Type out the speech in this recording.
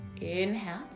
Inhale